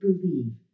believe